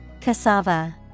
Cassava